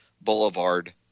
Boulevard